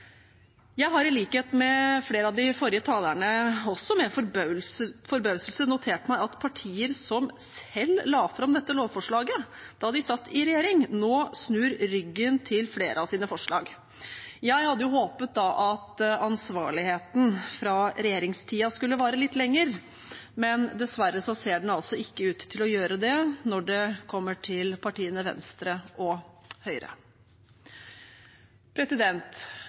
Jeg har i likhet med flere av de forrige talerne med forbauselse notert meg at partier som selv la fram dette lovforslaget da de satt i regjering, nå snur ryggen til flere av sine forslag. Jeg hadde håpet at ansvarligheten fra regjeringstiden skulle vare litt lenger, men dessverre ser den altså ikke ut til å gjøre det når det gjelder partiene Venstre og Høyre.